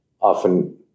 often